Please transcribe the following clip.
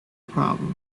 problem